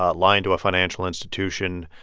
ah lying to a financial institution,